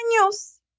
años